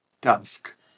task